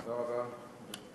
תודה רבה.